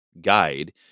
guide